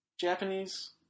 Japanese